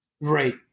Right